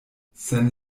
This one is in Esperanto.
sen